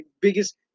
biggest